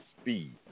speed